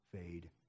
fade